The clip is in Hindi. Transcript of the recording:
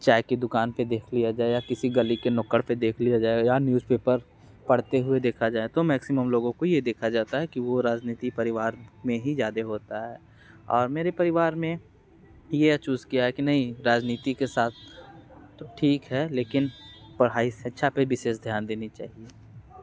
चाय के दुकान पर देख लिया जाए अगर किसी गली के नुक्कड़ पर देख लिया जाए या न्यूज़पेपर पढ़ते हुए देखा जाए तो मैक्समम लोगों को यह देखा जाता है कि वह राजनीति परिवार में ज़्यादा होता है और मेरे परिवार में यह चूस किया है कि नहीं राजनीति के साथ तो ठीक है लेकिन पढ़ाई शिक्षा पे विषय ध्यान देनी चाहिए